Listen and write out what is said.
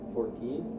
Fourteen